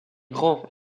grand